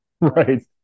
Right